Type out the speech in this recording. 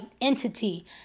entity